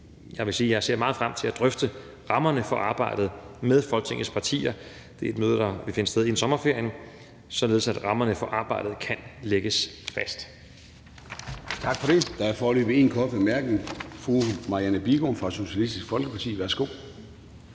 jeg vil sige, at jeg ser meget frem til at drøfte rammerne for arbejdet med Folketingets partier. Det er et møde, der vil finde sted inden sommerferien, således at rammerne for arbejdet kan lægges fast. Kl. 14:22 Formanden (Søren Gade): Tak for det. Der er foreløbig én kort bemærkning. Fru Marianne Bigum fra Socialistisk Folkeparti, værsgo.